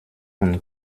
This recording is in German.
und